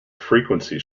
frequency